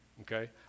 Okay